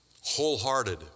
wholehearted